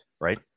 right